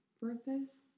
birthdays